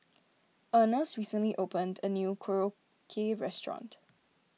Ernest recently opened a new Korokke restaurant